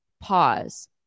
pause